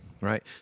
right